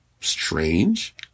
Strange